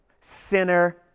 sinner